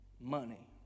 Money